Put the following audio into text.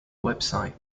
website